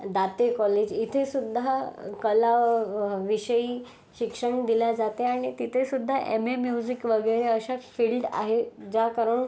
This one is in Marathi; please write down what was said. दाते कॉलेज इथेसुद्धा कलाविषयी शिक्षण दिले जाते आणि तिथेसुद्धा एम ए म्युजिक वगैरे अशा फील्ड आहे ज्याकरून